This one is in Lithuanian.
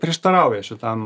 prieštarauja šitam